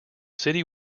city